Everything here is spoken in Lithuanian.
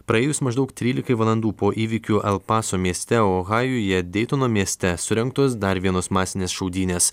praėjus maždaug trylikai valandų po įvykių el paso mieste ohajuje deitono mieste surengtos dar vienos masinės šaudynės